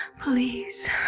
please